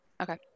Okay